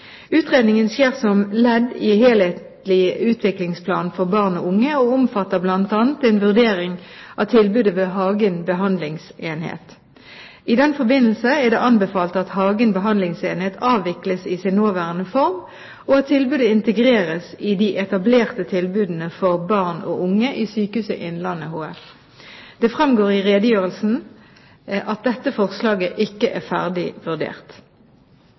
Utredningen skjer som ledd i Helhetlig utviklingsplan for barn og unge, og omfatter bl.a. en vurdering av tilbudet ved Hagen behandlingsenhet. I den forbindelse er det anbefalt at Hagen behandlingsenhet avvikles i sin nåværende form, og at tilbudet integreres i de etablerte tilbudene for barn og unge i Sykehuset Innlandet HF. Det fremgår i redegjørelsen at dette forslaget ikke er ferdig vurdert.